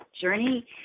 journey